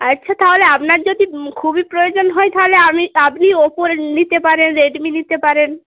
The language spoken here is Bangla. আচ্ছা তাহলে আপনার যদি খুবই প্রয়োজন হয় তাহলে আমি আপনি ওপোর নিতে পারেন রেডমি নিতে পারেন